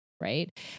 Right